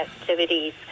activities